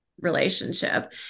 relationship